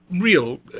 real